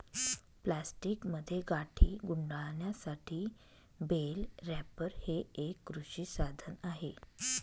प्लास्टिकमध्ये गाठी गुंडाळण्यासाठी बेल रॅपर हे एक कृषी साधन आहे